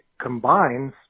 combines